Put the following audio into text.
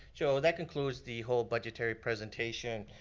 so that concludes the whole budgetary presentation.